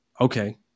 Okay